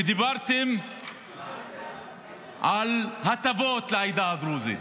ודיברתם על הטבות לעדה הדרוזית.